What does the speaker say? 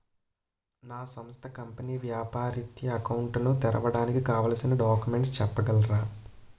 నా సంస్థ కంపెనీ వ్యాపార రిత్య అకౌంట్ ను తెరవడానికి కావాల్సిన డాక్యుమెంట్స్ చెప్పగలరా?